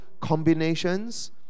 combinations